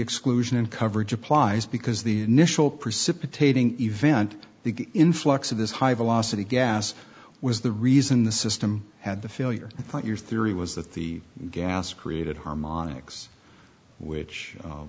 exclusion in coverage applies because the initial precipitating event the influx of this high velocity gas was the reason the system had the failure point your theory was that the gas created harmonics which